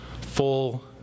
full